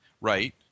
right